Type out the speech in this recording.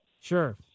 sure